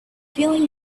feeling